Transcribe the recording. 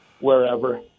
wherever